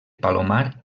palomar